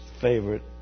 favorite